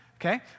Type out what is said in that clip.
Okay